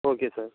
okay sir